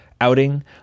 outing